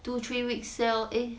two three weeks sell eh